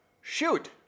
shoot